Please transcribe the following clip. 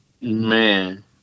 Man